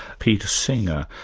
peter singer.